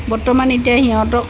বৰ্তমান এতিয়া সিহঁতক